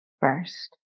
first